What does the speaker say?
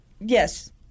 Yes